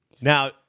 Now